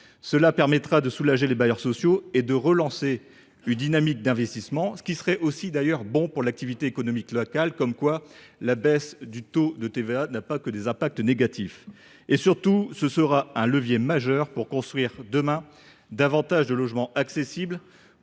qui permettra de soulager les bailleurs sociaux et de relancer une dynamique d’investissement, ce qui serait d’ailleurs bon également pour l’activité économique locale ; comme quoi, la baisse du taux de TVA n’a pas que des effets négatifs. Surtout, cette mesure sera un levier majeur pour construire demain davantage de logements accessibles,